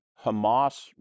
Hamas